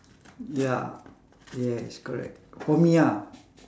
ya yes correct for me ah